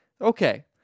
Okay